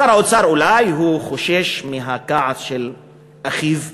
שר האוצר אולי חושש מהכעס של אחיו בנט,